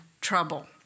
trouble